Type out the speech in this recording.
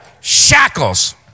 Shackles